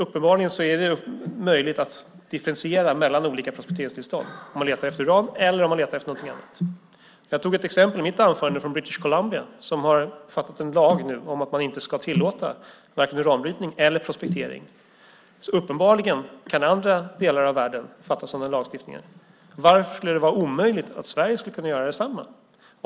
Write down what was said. Uppenbarligen är det möjligt att differentiera mellan olika prospekteringstillstånd om man vill leta efter uran eller om man vill leta efter något annat. Jag tog ett exempel i mitt anförande från British Columbia. Där har man stiftat en lag om att inte tillåta vare sig uranbrytning eller prospektering. Uppenbarligen kan man i andra delar av världen stifta sådana lagar. Varför skulle det vara omöjligt för Sverige att göra detsamma?